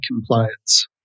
compliance